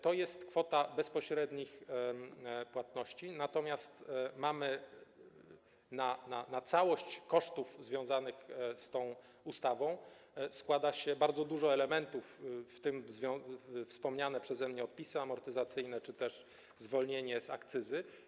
To jest kwota bezpośrednich płatności, natomiast na całość kosztów związanych z tą ustawą składa się bardzo dużo elementów, w tym wspomniane przeze mnie odpisy amortyzacyjne czy też zwolnienie z akcyz.